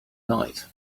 night